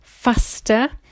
faster